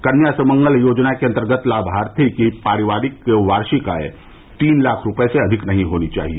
कन्या सुमंगला योजना के अन्तर्गत लाभार्थी की पारिवारिक वार्षिक आय तीन लाख रूपये से अधिक नही होनी चाहिए